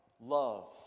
love